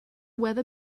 weather